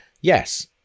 yes